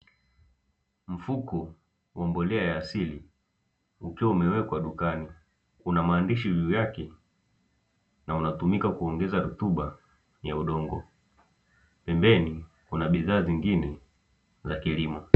Mfuko wa mbolea ya asili ukiwa umewekwa dukani, kuna maandishi juu yake, na unatumika kuongeza rutuba ya udongo; pembeni kuna bidhaa zingine za kilimo.